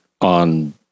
on